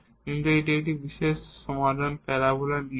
কিন্তু এখন এটি একটি বিশেষ সমাধান প্যারাবোলা নিলাম